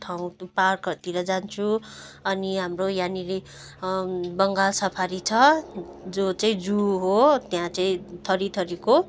ठाउँ पार्कहरूतिर जान्छु अनि हाम्रो यहाँनेरि बङ्गाल सफारी छ जो चाहिँ जु हो त्यहाँ चाहिँ थरी थरीको